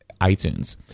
iTunes